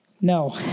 No